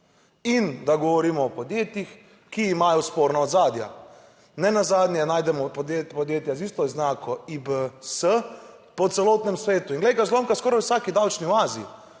in da govorimo o podjetjih, ki imajo sporna ozadja. Nenazadnje najdemo podjetja z isto oznako IBS po celotnem svetu in glej ga zlomka, skoraj v vsaki davčni oazi,